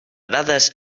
dades